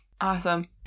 awesome